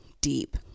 deep